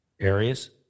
areas